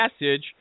message